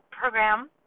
program